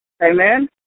Amen